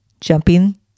jumping